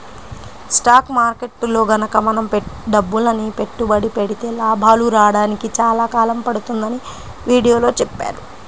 stock మార్కెట్టులో గనక మనం డబ్బులని పెట్టుబడి పెడితే లాభాలు రాడానికి చాలా కాలం పడుతుందని వీడియోలో చెప్పారు